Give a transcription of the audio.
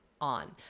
on